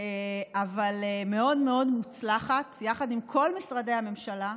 אבל מאוד מאוד מוצלחת, יחד עם כל משרדי הממשלה.